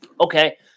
Okay